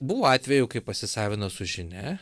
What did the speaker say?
buvo atvejų kai pasisavino su žinia